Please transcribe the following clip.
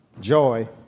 joy